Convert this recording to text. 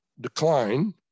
decline